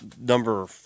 number